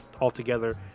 altogether